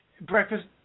breakfast